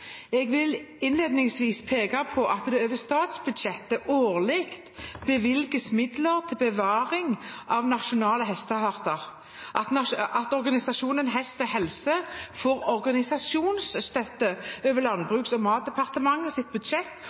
Jeg vil innledningsvis peke på at det over statsbudsjettet årlig bevilges midler til bevaring av de nasjonale hestearter, at organisasjonen Hest og Helse får organisasjonsstøtte over Landbruks- og matdepartementets budsjett,